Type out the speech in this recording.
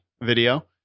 video